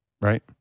Right